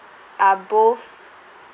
are both